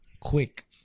Quick